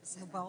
שינויים.